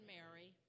Mary